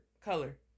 Color